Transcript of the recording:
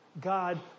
God